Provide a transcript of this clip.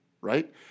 Right